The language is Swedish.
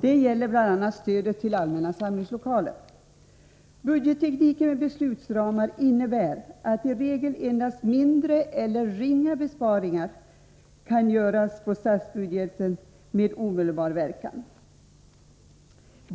Det gäller bl.a. stödet till allmänna samlingslokaler. Budgettekniken med beslutsramar innebär att i regel endast mindre eller ringa besparingar kan göras på statsbudgeten med omedelbar verkan.